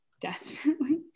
desperately